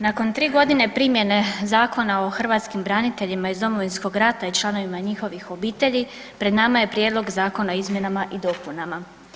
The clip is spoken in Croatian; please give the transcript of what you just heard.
Nakon 3 g. primjene Zakona o hrvatskim braniteljima iz Domovinskog rata i članovima njihovih obitelji, pred nama je Prijedlog zakona o izmjenama i dopunama.